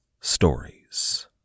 stories